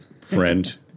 friend